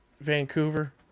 Vancouver